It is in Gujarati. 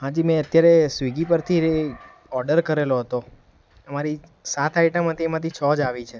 હા જી મેં અત્યારે સ્વિગી પરથી ઓડર કરેલો હતો અમારી સાત આઈટમ હતી એમાંથી છ જ આવી છે